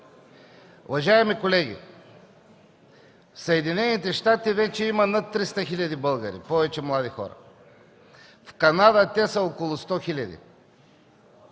Уважаеми колеги, в Съединените щати има над 300 хиляди българи, повече млади хора; в Канада те са около 100 хиляди;